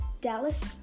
Dallas